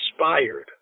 inspired